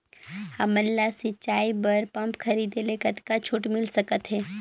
हमन ला सिंचाई बर पंप खरीदे से कतका छूट मिल सकत हे?